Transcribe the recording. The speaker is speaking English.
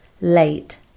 late